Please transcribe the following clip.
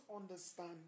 understand